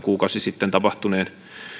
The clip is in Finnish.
kuukausi sitten tapahtuneen